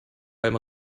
beim